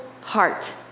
heart